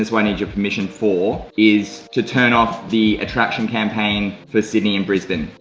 is where i need your permission for is to turn off the attraction campaign for sydney and brisbane.